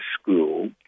school